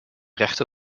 rechte